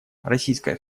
российская